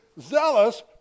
zealous